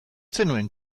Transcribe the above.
zenuen